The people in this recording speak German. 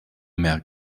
mehr